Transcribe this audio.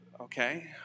okay